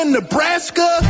Nebraska